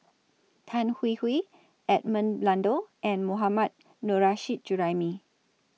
Tan Hwee Hwee Edmund Blundell and Mohammad Nurrasyid Juraimi